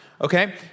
okay